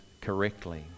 correctly